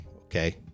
okay